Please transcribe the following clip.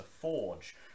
Forge